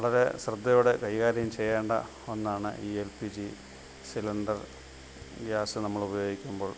വളരെ ശ്രദ്ധയോടെ കൈകാര്യം ചെയ്യേണ്ട ഒന്നാണ് ഈ L P G cylinder gas നമ്മളുപയോഗിക്കുമ്പോൾ